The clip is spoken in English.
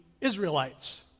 Israelites